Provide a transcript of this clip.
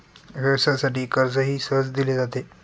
व्यवसायासाठी कर्जही सहज दिले जाते